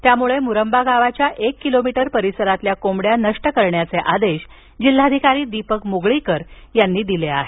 त्यामुळं मुरंबा गावाच्या एक किलोमीटर परिसरातील कोंबड्या नष्ट करण्याचे आदेश जिल्हाधिकारी दीपक मुगळीकर यांनी दिले आहेत